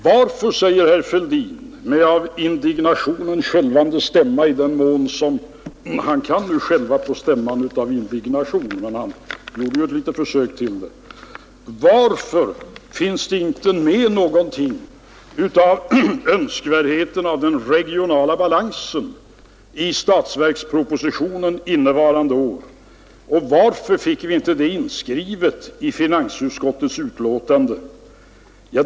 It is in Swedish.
Varför, säger herr Fälldin med av indignation skälvande stämma — i den mån han kan skälva på stämman av indignation, men han gjorde ett litet försök — finns det inte med någonting om önskvärdheten av den regionala balansen i statsverkspropositionen innevarande år? Varför fick vi inte det inskrivet i finansutskottets betänkande?